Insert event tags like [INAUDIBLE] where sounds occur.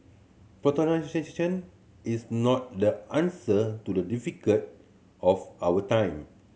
[UNINTELLIGIBLE] is not the answer to the difficult of our time